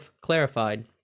clarified